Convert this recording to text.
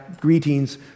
greetings